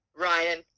Ryan